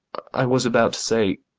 i was about to say,